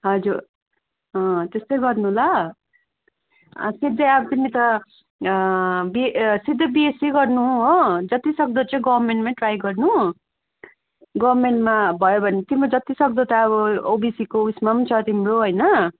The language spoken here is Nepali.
हजुर अँ त्यस्तै गर्नु ल सिधै अब तिमी त बिए सिधै बिएस्सी गर्नु हो जतिसक्दो चाहिँ गभर्मेन्टमै ट्राई गर्नु गभर्मेन्टमा भयो भने तिम्रो जति सक्दो त अब ओबिसीको उएसमा पनि छ तिम्रो होइन